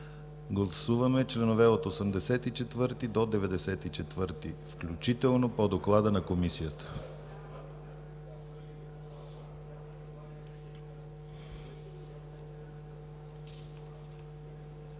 Гласуваме членове от 84 до 94 включително по доклада на Комисията.